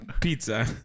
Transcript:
pizza